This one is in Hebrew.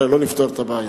לא נפתור את הבעיה.